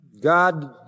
God